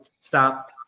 Stop